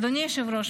אדוני היושב-ראש,